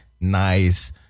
nice